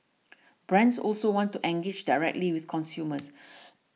brands also want to engage directly with consumers